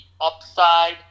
upside